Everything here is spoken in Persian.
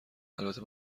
البته